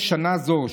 בשנה זו,